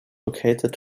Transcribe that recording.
located